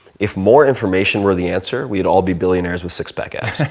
if more information were the answer, we'd all be billionaires with six pack abs.